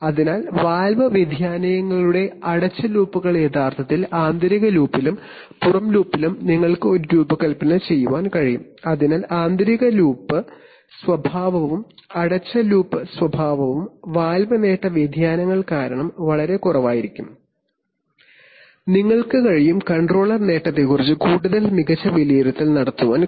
അതിനാൽ വാൽവ് വ്യതിയാനങ്ങളുടെ അടച്ച ലൂപ്പുകൾ യഥാർത്ഥത്തിൽ ആന്തരിക ലൂപ്പിലും പുറം ലൂപ്പിലും നിങ്ങൾക്ക് ഒരു രൂപകൽപ്പന ചെയ്യാൻ കഴിയും അതിനാൽ ആന്തരിക ലൂപ്പ് സ്വഭാവവും അടച്ച ലൂപ്പ് സ്വഭാവവും വാൽവ് നേട്ട വ്യതിയാനങ്ങൾ കാരണം വളരെ കുറവായിരിക്കും നിങ്ങൾക്ക് കഴിയും കൺട്രോളർ നേട്ടത്തെക്കുറിച്ച് കൂടുതൽ മികച്ച വിലയിരുത്തൽ നടത്താൻ കഴിയും